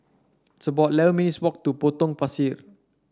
it's about eleven minutes' walk to Potong Pasir